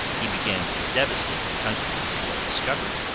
he began to devastate the countries he had discovered,